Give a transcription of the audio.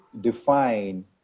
define